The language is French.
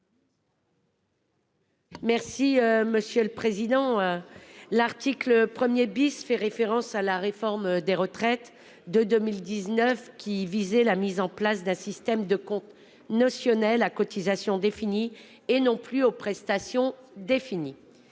sur l'article. L'article 1 fait référence à la réforme des retraites de 2019, laquelle visait la mise en place d'un système de comptes notionnels à cotisations définies et non plus à prestations définies.